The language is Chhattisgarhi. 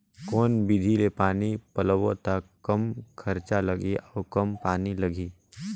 कौन विधि ले पानी पलोबो त कम खरचा लगही अउ कम पानी लगही?